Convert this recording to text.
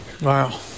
Wow